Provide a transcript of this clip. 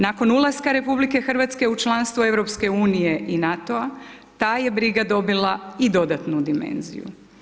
Nakon ulaska RH u članstvo EU-a i NATO-a, ta je brig dobila i dodatnu dimenziju.